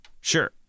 Sure